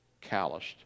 calloused